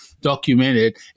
documented